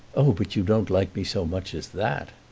oh, but you don't like me so much as that,